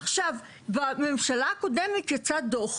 בממשלה הקודמת יצא דוח